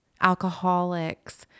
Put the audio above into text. alcoholics